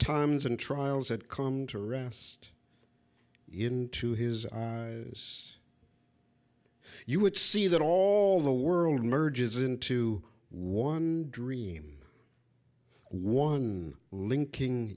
times in trials that come to rest into his eyes you would see that all the world merges into one dream one linking